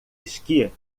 esqui